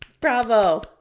bravo